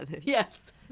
Yes